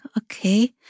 Okay